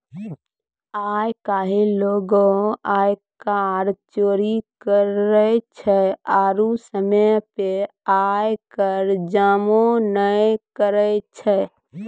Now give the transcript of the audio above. आइ काल्हि लोगें आयकर चोरी करै छै आरु समय पे आय कर जमो नै करै छै